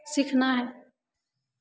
सीखनाइ